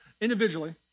individually